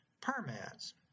permits